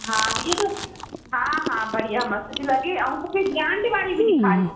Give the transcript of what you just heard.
हा इहा त हा हा बढ़िया मस्तु थी लॻे ऐं ब्रांड वारी बि ॾेखारियो